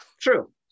True